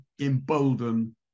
embolden